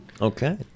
Okay